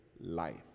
life